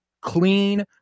clean